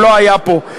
הוא לא היה פה,